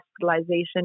hospitalization